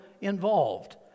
involved